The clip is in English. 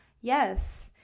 yes